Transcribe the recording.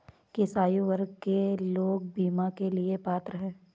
किस आयु वर्ग के लोग बीमा के लिए पात्र हैं?